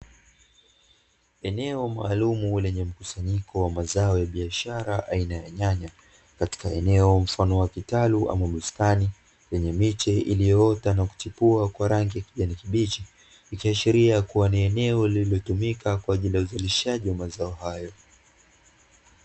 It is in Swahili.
Eneo maalumu lenye mkusanyiko wa mazao ya biashara aina ya nyanya, katika eneo mfano wa kitalu ama bustani yenye miche iliyoota na kuchipua kwa rangi ya kibichi, ikiashiria kuwa ni eneo lililotumika kwa ajili ya uzalishaji wa mazao hayo.